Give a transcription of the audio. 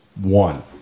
one